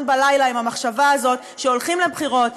בלילה עם המחשבה הזאת: כשהולכים לבחירות,